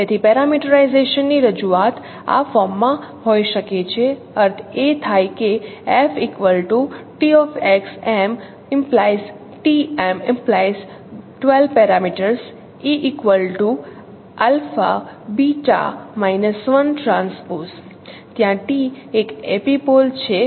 તેથી પેરામીટરાઇઝેશન ની રજૂઆત આ ફોર્મમાં હોઈ શકે છે અર્થ એ થાય કે જ્યાં t એક એપિપોલ છે